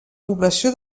població